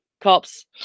cops